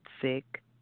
sick